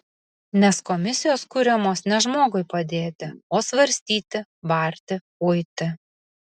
nes komisijos kuriamos ne žmogui padėti o svarstyti barti uiti